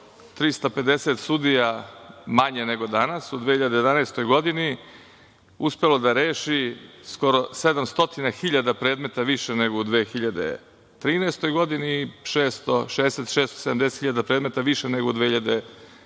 350 sudija manje nego danas u 2011. godini uspelo da reši skoro 700.000 predmeta više nego u 2013. godini i 670.000 predmeta više nego 2015.